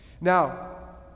Now